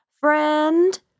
Friend